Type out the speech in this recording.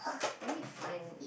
let me find